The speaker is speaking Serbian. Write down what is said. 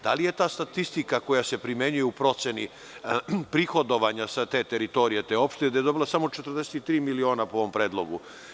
Da li je ta statistika, koja se primenjuje u proceni prihodovanja sa te teritorije, te opštine, dobila samo 43 miliona po ovom predlogu.